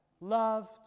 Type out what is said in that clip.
loved